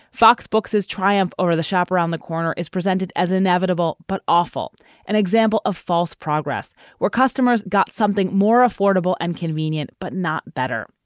fox books is triumph or the shop around the corner is presented as inevitable. but awful an example of false progress where customers got something more affordable and convenient but not better.